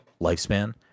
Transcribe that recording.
lifespan